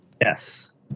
Yes